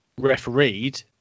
refereed